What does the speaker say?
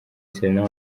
serena